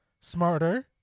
smarter